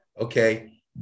Okay